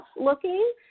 looking